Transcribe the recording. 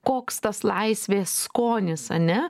koks tas laisvės skonis ar ne